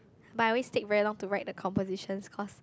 but I always take very long to write the compositions cause